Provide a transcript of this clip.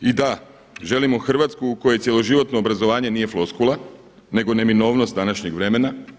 I da, želimo Hrvatsku u kojoj cjeloživotno obrazovanje nije floskula nego neminovnost današnjeg vremena.